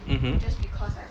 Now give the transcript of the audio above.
mmhmm